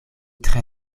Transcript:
tre